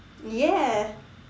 yes